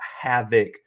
havoc